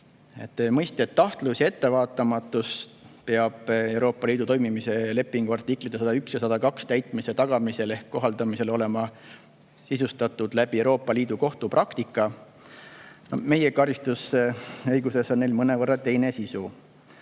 Mõisted "tahtlus" ja "ettevaatamatus" peab Euroopa Liidu toimimise lepingu artiklite 101 ja 102 täitmise tagamisel ehk kohaldamisel olema sisustatud Euroopa Liidu Kohtu praktika alusel. Meie karistusõiguses on neil mõnevõrra teine sisu.